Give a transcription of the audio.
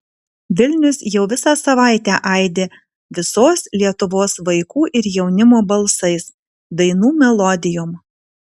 vilnius jau visą savaitę aidi visos lietuvos vaikų ir jaunimo balsais dainų melodijom